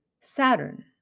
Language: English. Saturn